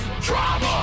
Drama